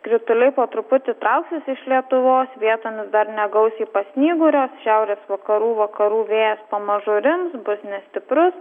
krituliai po truputį trauksis iš lietuvos vietomis dar negausiai pasnyguriuos šiaurės vakarų vakarų vėjas pamažu rims bus nestiprus